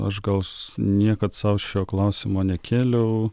aš gal niekad sau šio klausimo nekėliau